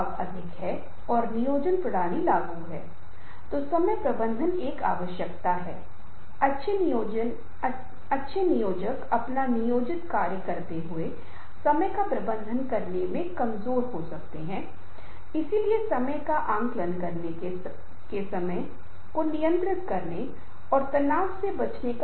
लघु ठहराव लंबा ठहराव जोर के लिए पुनरावृत्ति जोर के लिए जोर जोर के लिए धीमा कुछ की ओर इशारा करते हुए इसे जोर देने के लिए नीचे लिखते हुए आप विभिन्न प्रकार की चीजें कर सकते हैं आप देखते हैं कि आवाज और आपके द्वारा वितरित करने का तरीका बहुत अच्छा होगा प्रस्तुतियों के संदर्भ में बहुत महत्वपूर्ण है